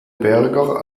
berger